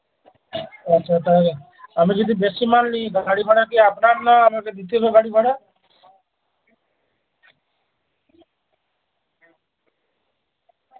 পাঁচ হাজার টাকা লাগবে আমি যদি বেশি মাল নিই বা গাড়ি ভাড়া কি আপনার না আমাকে দিতে হবে গাড়ি ভাড়া